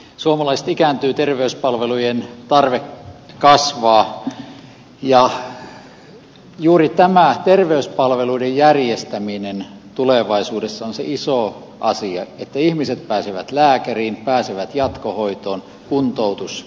suomalaiset ikääntyvät terveyspalvelujen tarve kasvaa ja juuri tämä terveyspalveluiden järjestäminen tulevaisuudessa on se iso asia että ihmiset pääsevät lääkäriin pääsevät jatkohoitoon kuntoutus toimii